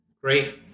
Great